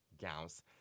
gowns